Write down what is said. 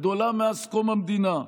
הגדולה מאז קום המדינה.